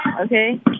Okay